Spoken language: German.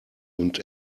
und